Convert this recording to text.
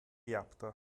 yaptı